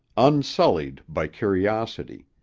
unsullied by curiosity.